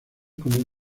como